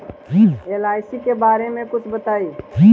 LIC के बारे मे कुछ बताई?